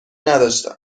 نداشتم